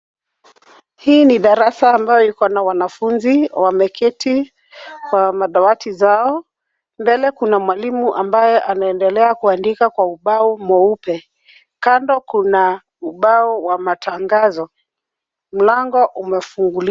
Hii ni darasa ambayo iko na wanafunzi wameketi kwa madawati zao. Mbele kuna mwalimu ambaye anaendelea kuandika kwa ubao mweupe. Kando kuna ubao wa matangazo. Mlango umefunguliwa.